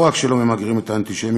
לא רק שלא ממגרות את האנטישמיות,